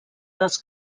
dels